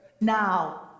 Now